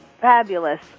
fabulous